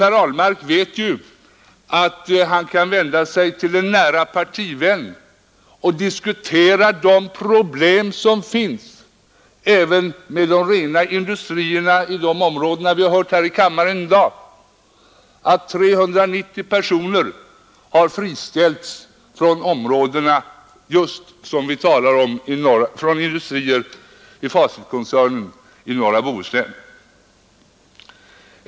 Herr Ahlmark vet ju att han kan vända sig till en nära partivän och diskutera de problem som förekommer även i fråga om de rena industrierna i de områden som vi talar om i dag; 390 personer har friställts från industrier inom Facitkoncernen i norra Bohuslän.